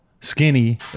skinny